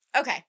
okay